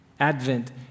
Advent